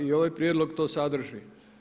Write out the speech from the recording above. I ovaj prijedlog to sadrži.